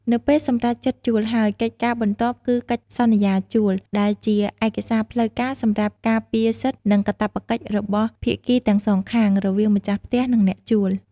នៅពេលសម្រេចចិត្តជួលហើយ កិច្ចការបន្ទាប់គឺកិច្ចសន្យាជួល ដែលជាឯកសារផ្លូវការសម្រាប់ការពារសិទ្ធិនិងកាតព្វកិច្ចរបស់ភាគីទាំងសងខាង រវាងម្ចាស់ផ្ទះ និងអ្នកជួល។